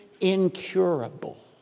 incurable